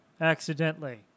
accidentally